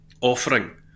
offering